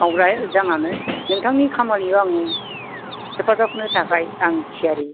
मावग्रा जानानै नोंथांनि खामानियाव आङो हेफाजाब होनो थाखाय आं थियारि